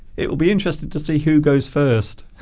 it will be interesting to see who goes first